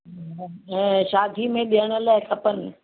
ऐं शादीअ में ॾियण लाइ खपनि